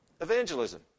evangelism